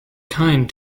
kind